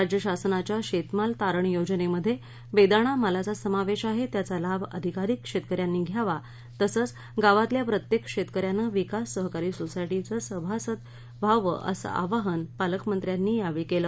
राज्य शासनाच्या शेतमाल तारण योजनेमध्ये बेदाणा मालाचा समावेश आहे त्याचा लाभ अधिकाधिक शेतकऱ्यांनी घ्यावा तसंच गावातल्या प्रत्येक शेतकऱ्यानं विकास सहकारी सोसायटीचं सभासद व्हावं असं आवाहन पालकमंत्र्यांनी या वेळी केलं